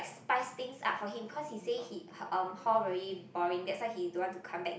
spice things up for him cause he say he um hall very boring that's why he don't want to come back